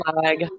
flag